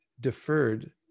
deferred